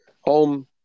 home